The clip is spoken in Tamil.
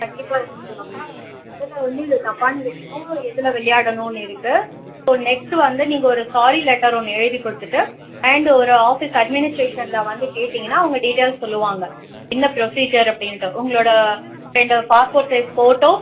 கண்டிப்பாக அது கொடுத்துட்றோம்ப்பா இது முதல்ல வந்து இது தப்பான விஷயம் எதில் விளையாடணும்னு இருக்குது ஸோ நெக்ஸ்ட் வந்து நீங்கள் ஒரு சாரி லெட்டர் ஒன்று எழுதி கொடுத்துட்டு அண்ட் ஒரு ஆஃபீஸ் அட்மினிஸ்ட்ரேஷனில் வந்து கேட்டீங்கனா அவங்க டீட்டெயில்ஸ் சொல்லுவாங்க என்ன ப்ரொசீஜர் அப்படினுட்டு உங்களோடய ரெண்டு பாஸ்போர்ட் சைஸ் ஃபோட்டோ